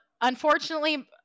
unfortunately